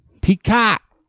Peacock